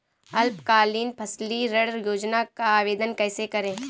अल्पकालीन फसली ऋण योजना का आवेदन कैसे करें?